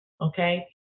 Okay